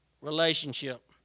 Relationship